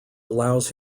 allows